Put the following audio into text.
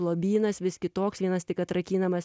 lobynas vis kitoks vienas tik atrakinamas